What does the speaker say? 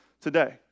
today